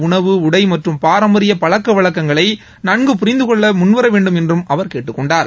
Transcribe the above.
உணவு உடை மற்றும் பாரம்பரிய பழக்கவழக்கங்களை நன்கு புரிந்தகொள்ள முன்வர வேண்டும் என்று அவர் கேட்டுக்கொண்டார்